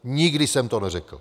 Nikdy jsem to neřekl.